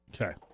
Okay